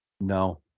No